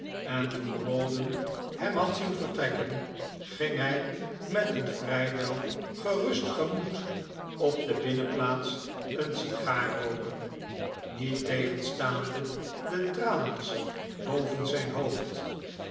en toen rawdon hem had zien vertrekken ging hij met een vrijwel gerust gemoed op de binnenplaats een sigaar rooken niettegenstaande de tralies boven zijn hoofd